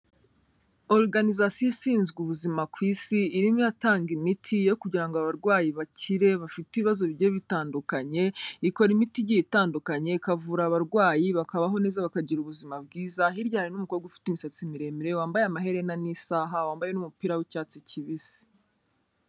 Oruganizasiyo ishinzwe ubuzima ku isi, irimo iratanga imiti yo kugira abarwayi bakire, bafite ibibazo bigiye bitandukanye, ikora imiti igiye itandukanye, ikavura abarwayi, bakabaho neza bakagira ubuzima bwiza, hirya hari n'umukobwa ufite imisatsi miremire, wambaye amaherena n'isaha, wambaye n'umupira w'icyatsi kibisi.